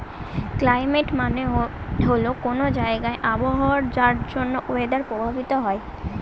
climate মানে হল কোনো জায়গার আবহাওয়া যার জন্য ওয়েদার প্রভাবিত হয়